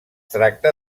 tracta